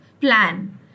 plan